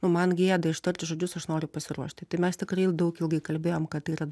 nu man gėda ištarti žodžius aš noriu pasiruošti tai mes tikrai jau daug ilgai kalbėjom kad tai yra